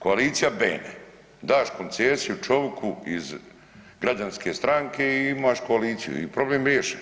Koalicija Bene, daš koncesiju čoviku iz građanske stranke i imaš koaliciji i problem riješe.